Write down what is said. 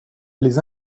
les